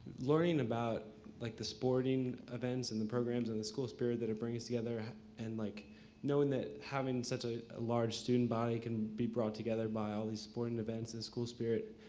learning about like the sporting events and the programs and school spirit that bring us together and like knowing that having such a large student body can be brought together by all these sporting events and school spirit,